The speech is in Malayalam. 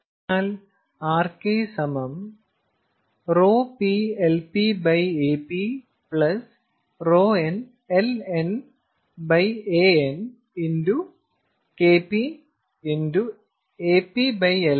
അതിനാൽ R K ρP LPAP ρN LNANKPതാപ ചാലകത